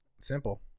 simple